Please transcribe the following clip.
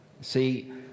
See